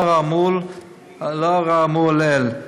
לאור האמור לעיל,